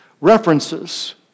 References